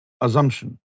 Assumption